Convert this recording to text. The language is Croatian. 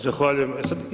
Zahvaljujem.